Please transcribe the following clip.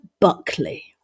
Buckley